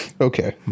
Okay